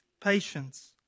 patience